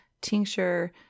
tincture